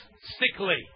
sickly